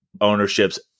ownership's